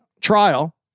trial